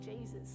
Jesus